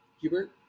Hubert